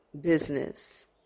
business